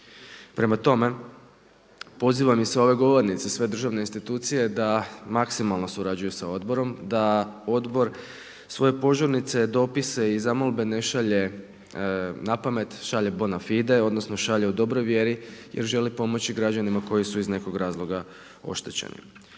Prema tome, pozivam sa ove govornice i sve državne institucije da maksimalno surađuju sa odborom, da odbor svoje požurnice, dopise i zamolbe ne šalje na pamet, šalje bona fide, odnosno šalje u dobroj vjeri jer želi pomoći građanima koji su iz nekog razloga oštećeni.